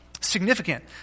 significant